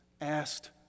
asked